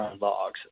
logs